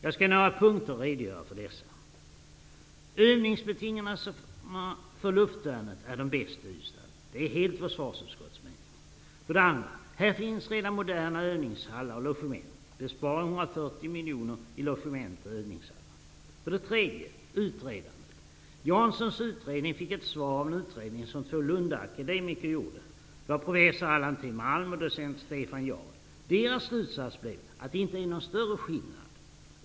Jag skall i några punkter redogöra för dessa. För det första: Övningsbetingelserna för luftvärnet är de bästa i Ystad. Det är försvarsutskottets mening. För det andra: Här finns redan moderna övningshallar och logement. Det innebär en besparing på 140 miljoner på logement och övningshallar. För det tredje: Utredandet. Janssons utredning fick ett svar av en utredning som två lundaakademiker gjorde. Det var professor Allan T Malm och docent Stefan Yard. Deras slutsats blev att det inte är någon större skillnad.